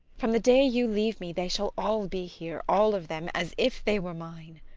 from the day you leave me, they shall all be here, all of them, as if they were mine.